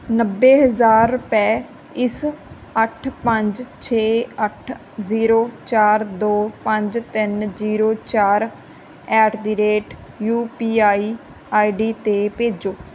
ਨੱਬੇ ਹਜ਼ਾਰ ਰੁਪਏ ਇਸ ਅੱਠ ਪੰਜ ਛੇ ਅੱਠ ਜ਼ੀਰੋ ਚਾਰ ਦੋ ਪੰਜ ਤਿੰਨ ਜ਼ੀਰੋ ਚਾਰ at the rate U P I I D 'ਤੇ ਭੇਜੋ